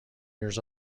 years